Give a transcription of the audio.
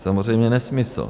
Samozřejmě nesmysl.